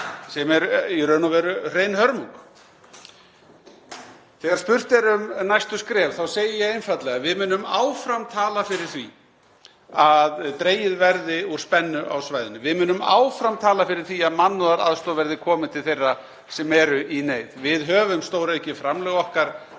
sem er í raun og veru hrein hörmung. Þegar spurt er um næstu skref þá segi ég einfaldlega: Við munum áfram tala fyrir því að dregið verði úr spennu á svæðinu. Við munum áfram tala fyrir því að mannúðaraðstoð verði komið til þeirra sem eru í neyð. Við höfum stóraukið framlög okkar